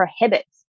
prohibits